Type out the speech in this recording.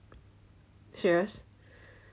serious